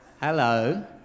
Hello